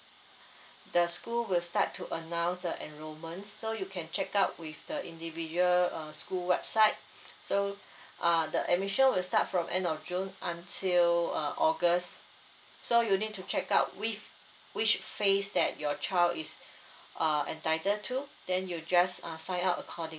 the school will start to announce the enrollment so you can check out with the individual err school website so uh the admission will start from end of june until uh august so you need to check out which which phase that your child is uh entitled to then you just uh sign up accordingly